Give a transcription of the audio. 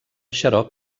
xarop